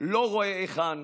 לא רואה היכן